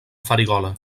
farigola